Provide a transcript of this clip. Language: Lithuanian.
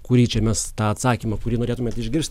kurį čia mes tą atsakymą kurį norėtumėt išgirst